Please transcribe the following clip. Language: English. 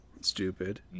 stupid